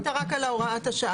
ההצבעה הייתה רק על הוראת השעה.